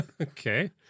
Okay